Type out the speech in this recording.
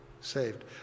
saved